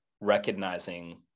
recognizing